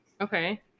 okay